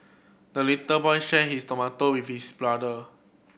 the little boy shared his tomato with his brother